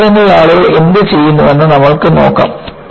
പണ്ടുകാലങ്ങളിൽ ആളുകൾ എന്തുചെയ്തുവെന്ന് നമ്മൾ നോക്കാം